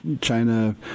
China